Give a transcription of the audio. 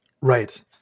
right